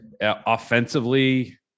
offensively